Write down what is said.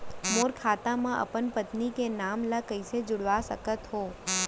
मोर खाता म अपन पत्नी के नाम ल कैसे जुड़वा सकत हो?